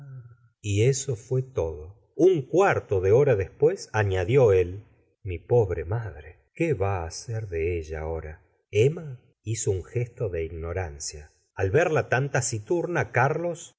y eso fué todo un cuarto de hora después añadió él mi pobre madre qué va á ser de ella ahora emma hizo un gesto de ignorancia al verla tan taciturna carlos